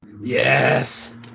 Yes